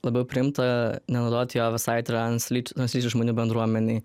labiau priimta nenaudoti jo visai translyč translyčių žmonių bendruomenei